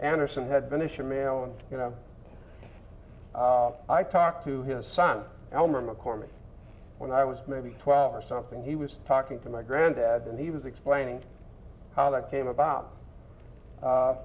anderson had been ishmael and you know i talked to his son elmer mccormick when i was maybe twelve or something he was talking to my granddad and he was explaining how that came about